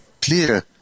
clear